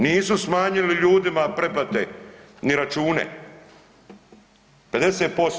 Nisu smanjili ljudima pretplate ni račune, 50%